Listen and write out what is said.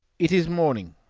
it is morning,